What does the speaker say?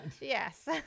Yes